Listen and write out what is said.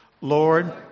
Lord